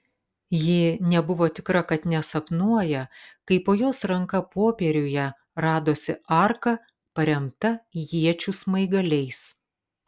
ji nebuvo tikra kad nesapnuoja kai po jos ranka popieriuje radosi arka paremta iečių smaigaliais